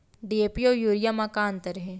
DAP अऊ urea म का अंतर हे?